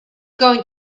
going